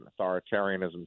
authoritarianism